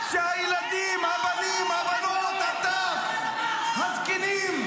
הילדים, הבנים, הבנות, הטף, הזקנים.